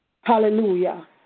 hallelujah